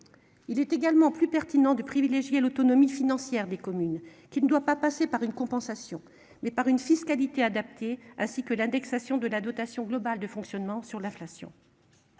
Il est également plus pertinent de privilégier l'autonomie financière des communes qui ne doit pas passer par une compensation mais par une fiscalité adaptée, ainsi que l'indexation de la dotation globale de fonctionnement sur l'inflation.